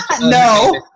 No